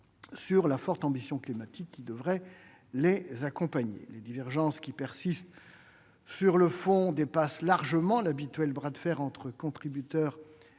sur la forte ambition climatique qui devrait les accompagner. Les divergences qui persistent sur le fond dépassent largement l'habituel bras de fer entre contributeurs et